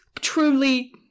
truly